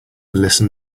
listen